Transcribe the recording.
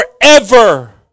forever